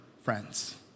friends